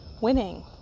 winning